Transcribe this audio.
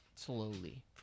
slowly